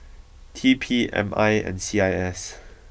T P M I and C I S